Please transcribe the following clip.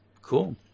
Cool